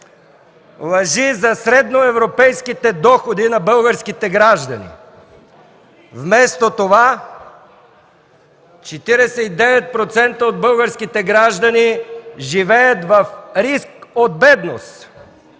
лъжи за средноевропейските доходи на българските граждани. Вместо това – 49% от българските граждани живеят в риск от бедност.